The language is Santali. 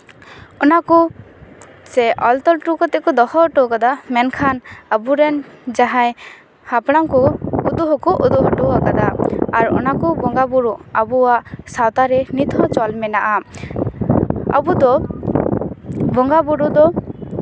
ᱚᱱᱟ ᱠᱚ ᱥᱮ ᱚᱞᱼᱛᱚᱞ ᱠᱟᱛᱮ ᱠᱚ ᱫᱚᱦᱚ ᱦᱚᱴᱚ ᱠᱟᱫᱟ ᱢᱮᱱᱠᱷᱟᱱ ᱟᱵᱚᱨᱮᱱ ᱡᱟᱦᱟᱸᱭ ᱦᱟᱯᱲᱟᱢ ᱠᱚ ᱩᱫᱩᱜ ᱦᱚᱸᱠᱚ ᱩᱫᱩᱜ ᱦᱚᱴᱚ ᱠᱟᱫᱟ ᱟᱨ ᱚᱱᱟ ᱠᱚ ᱵᱚᱸᱜᱟᱼᱵᱳᱨᱳ ᱟᱵᱚᱣᱟᱜ ᱥᱟᱶᱛᱟ ᱨᱮ ᱱᱤᱛ ᱦᱚᱸ ᱪᱚᱞ ᱢᱮᱱᱟᱜᱼᱟ ᱟᱵᱚ ᱫᱚ ᱵᱚᱸᱜᱟᱼᱵᱳᱨᱳ ᱫᱚ